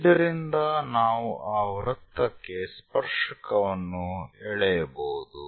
ಇದರಿಂದ ನಾವು ಆ ವೃತ್ತಕ್ಕೆ ಸ್ಪರ್ಶಕವನ್ನು ಎಳೆಯಬಹುದು